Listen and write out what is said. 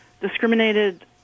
discriminated